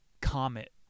comet